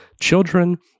children